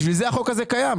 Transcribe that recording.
בשביל זה החוק הזה קיים.